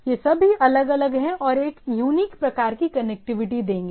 ये सभी अलग अलग हैं और एक यूनिक प्रकार की कनेक्टिविटी देंगे